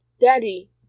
Daddy